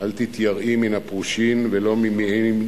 אל תתייראי מן הפרושין ולא ממי שאינן פרושין,